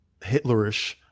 hitlerish